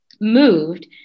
moved